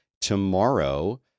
tomorrow